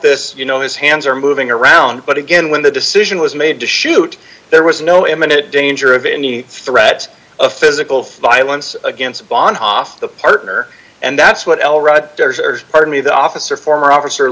this you know his hands are moving around but again when the decision was made to shoot there was no imminent danger of any threat of physical violence against bahnhof the partner and that's what i'll read pardon me the officer former officer